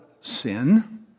sin